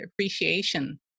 appreciation